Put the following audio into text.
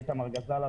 אני איתמר גזלה,